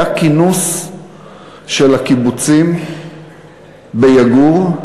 היה כינוס של הקיבוצים ביגור,